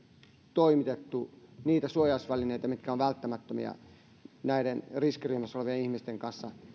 toimitettu niitä suojausvälineitä mitkä ovat välttämättömiä riskiryhmässä olevien ihmisten kanssa